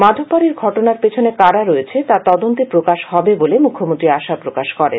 মাধববাডির ঘটনার পেছনে কারা রয়েছে তা তদন্তে প্রকাশ হবে বলে মুখ্যমন্ত্রী আশা প্রকাশ করেন